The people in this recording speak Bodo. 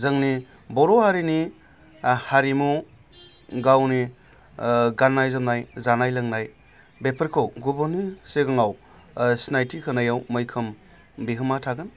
जोंनि बर' हारिनि हारिमु गावनि गाननाय जोमनाय जानाय लोंनाय बेफोरखौ गुबुननो सिगाङाव सिनायथि होनायाव मैखोम बिहोमा थागोन